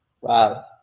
Wow